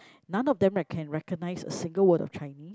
none of them I can recognise a single word of Chinese